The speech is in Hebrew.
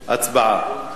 הצבעה.